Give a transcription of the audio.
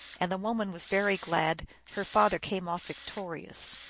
and the woman was very glad her father came off vic torious.